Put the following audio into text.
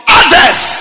others